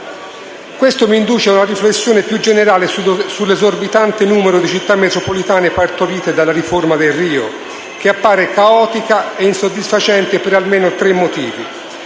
Questo mi induce ad una riflessione più generale sull'esorbitante numero di Città metropolitane partorite dalla riforma Delrio, che appare caotica e insoddisfacente per almeno tre motivi.